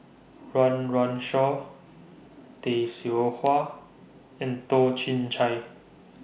Run Run Shaw Tay Seow Huah and Toh Chin Chye